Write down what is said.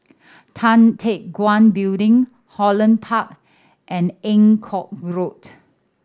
Tan Teck Guan Building Holland Park and Eng Kong Road